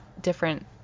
different